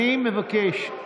אני מבקש,